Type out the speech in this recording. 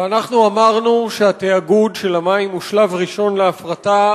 ואנחנו אמרנו שהתאגוד של המים הוא שלב ראשון בהפרטה.